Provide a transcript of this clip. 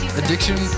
addiction